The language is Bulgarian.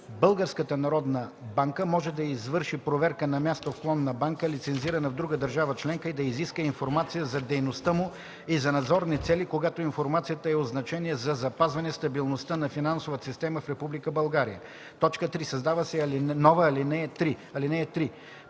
Българската народна банка може да извърши проверка на място в клон на банка, лицензирана в друга държава членка, и да изиска информация за дейността му и за надзорни цели, когато информацията е от значение за запазване стабилността на финансовата система в Република България.” 3. Създава се нова ал. 3: